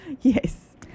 Yes